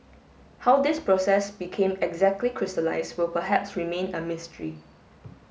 how this process became exactly crystallised will perhaps remain a mystery